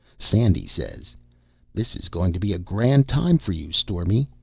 sandy says this is going to be a grand time for you, stormy.